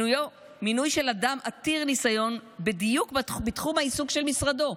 מינוי של אדם עתיר ניסיון בדיוק בתחום העיסוק של משרדו.